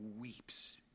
weeps